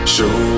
Show